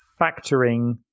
factoring